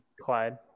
Clyde